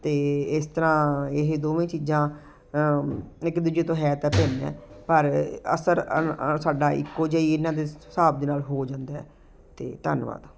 ਅਤੇ ਇਸ ਤਰ੍ਹਾਂ ਇਹ ਦੋਵੇਂ ਚੀਜ਼ਾਂ ਇੱਕ ਦੂਜੇ ਤੋਂ ਹੈ ਤਾਂ ਭਿੰਨ ਹੈ ਪਰ ਅਸਰ ਸਾਡਾ ਇੱਕੋਂ ਜਿਹਾ ਹੀ ਇਨ੍ਹਾਂ ਦੇ ਹਿਸਾਬ ਦੇ ਨਾਲ ਹੋ ਜਾਂਦਾ ਹੈ ਅਤੇ ਧੰਨਵਾਦ